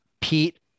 Pete